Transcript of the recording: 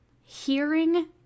hearing